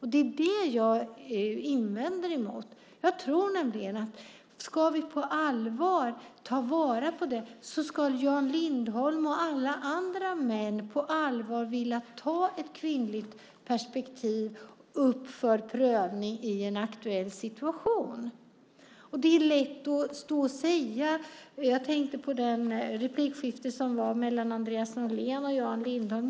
Det är det jag har invändningar emot. Jag tror nämligen att om vi på allvar ska ta vara på det här ska Jan Lindholm och alla andra män vilja ta upp ett kvinnligt perspektiv för prövning i en aktuell situation. Det är lätt att stå och säga saker. Jag tänker på replikskiftet mellan Andreas Norlén och Jan Lindholm.